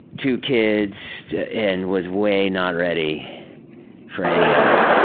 two kids and was way not ready for any of it.